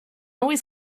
always